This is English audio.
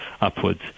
upwards